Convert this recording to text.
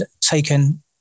taken